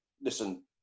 listen